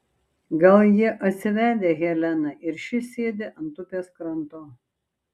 gal jie atsivedę heleną ir ši sėdi ant upės kranto